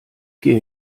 gehe